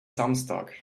samstag